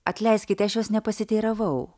atleiskite aš jos nepasiteiravau